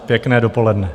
Pěkné dopoledne.